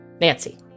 Nancy